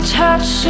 touch